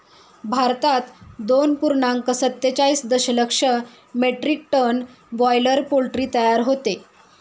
भारतात दोन पूर्णांक सत्तेचाळीस दशलक्ष मेट्रिक टन बॉयलर पोल्ट्री तयार होते